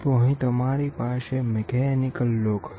તો અહીં તમારી પાસે મેકેનિકલ લોક હશે